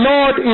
Lord